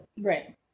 right